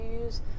use